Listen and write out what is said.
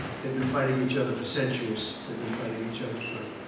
they've been fighting each other for centuries. they've been fighting each other for